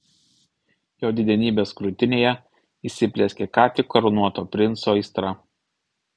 jo didenybės krūtinėje įsiplieskė ką tik karūnuoto princo aistra